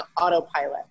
autopilot